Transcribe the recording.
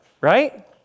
right